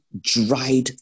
dried